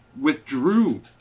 withdrew